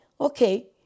okay